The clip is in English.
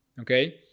Okay